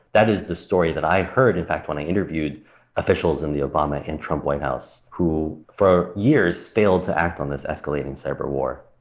that is the story that i heard, in fact, when i interviewed officials in the obama and trump white house who for years failed to act on this escalating cyber war,